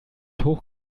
hoch